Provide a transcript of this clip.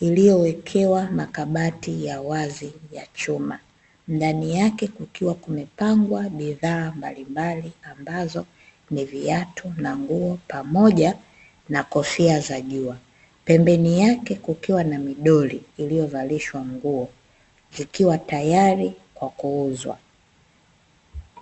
iliyowekewa makabati ya wazi ya chuma, ndani yake kukiwa kumepangwa bidhaa mbalimbali ambazo ni viatu, na nguo pamoja na kofia za jua. Pembeni yake kukiwa na midoli iliyovalishwa nguo zikiwa tayari kwa kuuzwa.